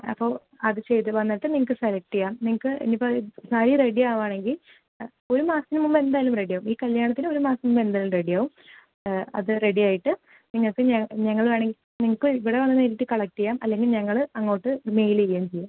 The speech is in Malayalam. അപ്പോൾ അത് ചെയ്ത് വന്നിട്ട് നിങ്ങൾക്ക് സെലക്റ്റ് ചെയ്യാം നിങ്ങൾക്ക് ഇനി ഇപ്പോൾ സാരി റെഡി ആവുവാണെങ്കിൽ അ ഒരു മാസത്തിന് മുമ്പ് എന്തായാലും റെഡി ആവും ഈ കല്ല്യാണത്തിന് ഒരു മാസം മുമ്പ് എന്തായാലും റെഡി ആവും അത് റെഡി ആയിട്ട് നിങ്ങൾക്ക് ഞങ്ങ് ഞങ്ങൾ വേണമെങ്കിൽ നിങ്ങൾക്ക് ഇവിടെ വന്ന് നേരിട്ട് കളക്റ്റ് ചെയ്യാം അല്ലെങ്കിൽ ഞങ്ങൾ അങ്ങോട്ട് മെയിൽ ചെയ്യുക ചെയ്യാം